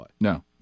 No